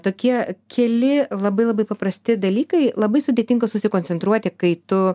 tokie keli labai labai paprasti dalykai labai sudėtinga susikoncentruoti kai tu